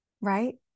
right